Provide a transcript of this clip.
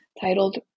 titled